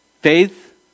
Faith